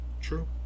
True